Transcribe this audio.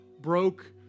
Broke